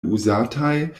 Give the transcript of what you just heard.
uzataj